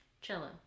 Cello